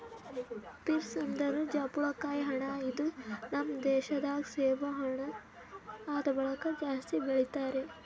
pears ಅಂದುರ್ ಜಾಪುಳಕಾಯಿ ಹಣ್ಣ ಇದು ನಮ್ ದೇಶ ದಾಗ್ ಸೇಬು ಹಣ್ಣ ಆದ್ ಬಳಕ್ ಜಾಸ್ತಿ ಬೆಳಿತಾರ್